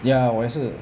ya 我也是